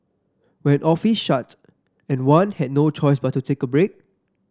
when offices shut and one had no choice but to take a break